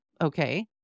Okay